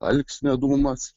alksnio dūmas